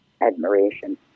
admiration